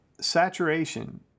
saturation